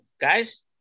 guys